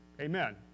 Amen